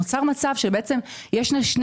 נוצר מצב שיש שתי